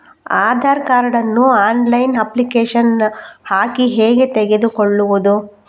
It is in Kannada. ಆಧಾರ್ ಕಾರ್ಡ್ ನ್ನು ಆನ್ಲೈನ್ ಅಪ್ಲಿಕೇಶನ್ ಹಾಕಿ ಹೇಗೆ ತೆಗೆದುಕೊಳ್ಳುವುದು?